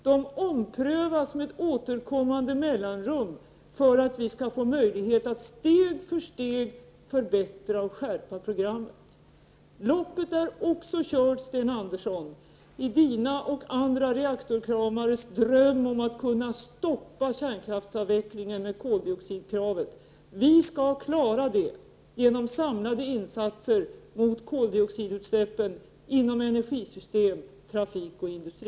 Det sker med jämna mellanrum en omprövning för att vi steg för steg skall kunna förbättra och skärpa programmet. Loppet är kört också i Sten Anderssons och andra reaktorkramares dröm om att kunna stoppa kärnkraftsavvecklingen med koldioxidkravet. Vi skall klara det genom samlade insatser mot koldioxidutsläppen inom energisystem, trafik och industri.